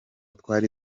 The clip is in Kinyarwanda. twari